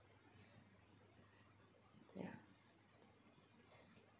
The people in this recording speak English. ya